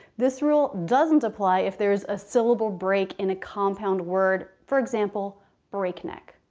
this rule doesn't apply if there's a syllable break in a compound word for example break neck.